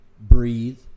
breathe